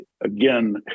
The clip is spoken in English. again